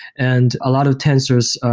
and a lot of tensors,